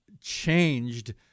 changed